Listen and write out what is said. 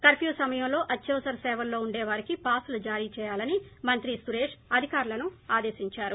curfew సమయంలో అత్యవసర సేవల్లో ఉండేవారికి పాస్ లు జారీ చేయాలని మంత్రి సురేశ్ అధికారులను ఆదేశించారు